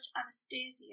Anastasia